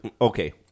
Okay